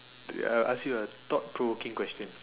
I ask you ah thought provoking question